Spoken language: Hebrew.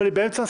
אבל היא באמצע.